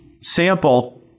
sample –